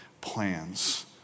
plans